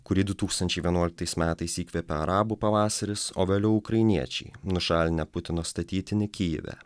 kurį du tūkstančiai vienuoliktais metais įkvėpė arabų pavasaris o vėliau ukrainiečiai nušalinę putino statytinį kijeve